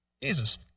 Jesus